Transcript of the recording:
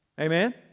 Amen